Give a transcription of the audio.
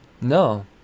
No